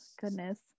goodness